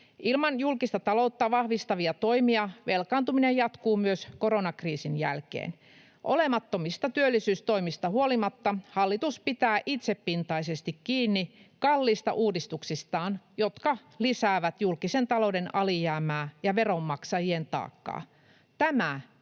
Ilman julkista taloutta vahvistavia toimia velkaantuminen jatkuu myös koronakriisin jälkeen. Olemattomista työllisyystoimista huolimatta hallitus pitää itsepintaisesti kiinni kalliista uudistuksistaan, jotka lisäävät julkisen talouden alijäämää ja veronmaksajien taakkaa.